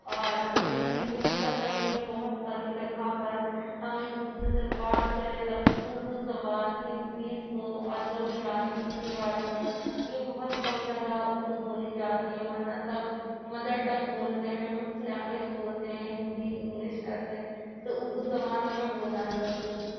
اور ہمیں اسے یوز کرنا چاہیے بہت ساری جگہوں پر ہمیں ایک دوسرے سے بات کریں تاکہ اردو زبان انکریز ہو اور لوگ جانیں اس کے بارے میں کیوں کہ یہ بہت کم جگہ اردو بولی جاتی ہے ورنہ سب مدر ٹنگ بولتے ہیں مکھیہ لینگویج بولتے ہیں ہندی انگلش ایسے تو اردو زبان ہمیں بولنا چاہیے